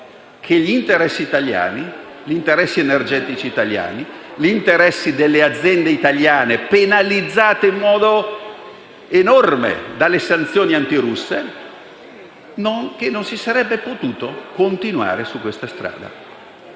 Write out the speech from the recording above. gli interessi energetici italiani e delle aziende italiane sono penalizzati in modo enorme dalle sanzioni antirusse e che non si sarebbe potuto continuare su questa strada.